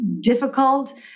difficult